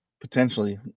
Potentially